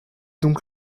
donc